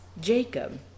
Jacob